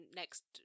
next